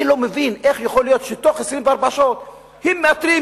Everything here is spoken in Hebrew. אני לא מבין איך יכול להיות שבתוך 24 שעות היום מאתרים,